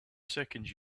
second